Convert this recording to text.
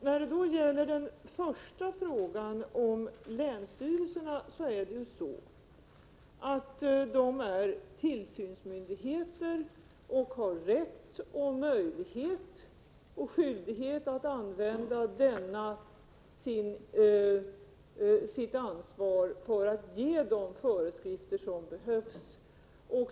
När det gäller Sven Munkes första fråga om länsstyrelserna är det så, att de är tillsynsmyndigheter och har rätt, möjlighet och skyldighet att använda sitt ansvar för att ge de föreskrifter som behövs.